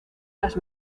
las